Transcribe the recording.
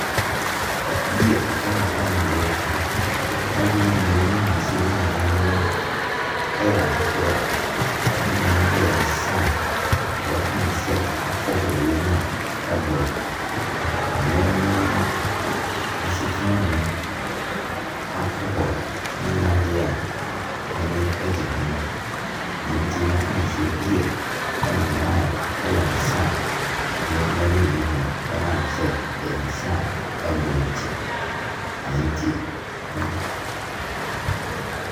Beer ɛne wine deɛ m’adwene mu no nhunu no sɛ ne nyinaa no ɛyɛ adekoro. Ne nyinaa no yɛ nsan a yɛbɛka no sɛ alcohol wɔ mu a ɛboro. Na me me m’asetena mu no, alcohol nyɛ adeɛ a m’ani gye ho. Ɛno nti mɛka no sɛ beer ne wine ɛyɛ nsan a me m'ani nnye ho. Ɛnam sɛ ɛyɛ nsan a ɛboro nti.